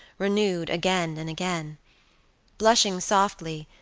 renewed again and again blushing softly,